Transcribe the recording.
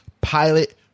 pilot